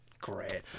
Great